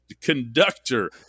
conductor